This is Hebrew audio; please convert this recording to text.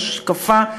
השקפה,